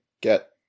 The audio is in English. get